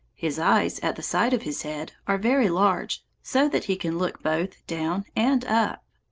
his eyes at the side of his head are very large, so that he can look both down and up.